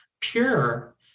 pure